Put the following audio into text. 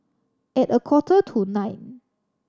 at a quarter to nine